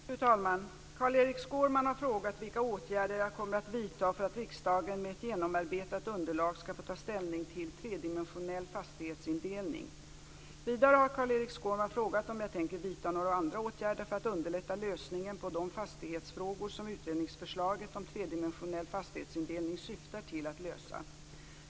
Fru talman! Carl-Erik Skårman har frågat vilka åtgärder jag kommer att vidta för att riksdagen med ett genomarbetat underlag skall få ta ställning till tredimensionell fastighetsindelning. Vidare har Carl Erik Skårman frågat om jag tänker vidta några andra åtgärder för att underlätta lösningen på de fastighetsfrågor som utredningsförslaget om tredimensionell fastighetsindelning syftar till att lösa.